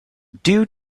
due